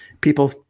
people